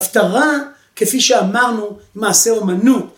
הפתרה, כפי שאמרנו, מעשה אומנות.